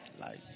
light